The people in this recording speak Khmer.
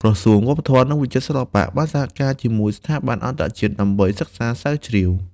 ក្រសួងវប្បធម៌ និងវិចិត្រសិល្បៈ បានសហការជាមួយស្ថាប័នអន្តរជាតិដើម្បីសិក្សាស្រាវជ្រាវ។